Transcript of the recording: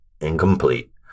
incomplete